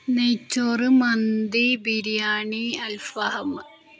നെയ്ച്ചോറ് മന്തി ബിരിയാണി അൽഫാം